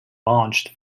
launched